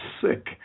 sick